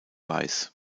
weiß